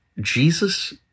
Jesus